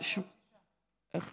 לא.